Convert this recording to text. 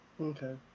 Okay